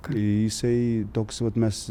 kai jisai toks vat mes